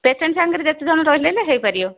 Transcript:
patient ସାଙ୍ଗରେ ଯେତେଜଣ ରହିଲେ ବି ହେଇପାରିବ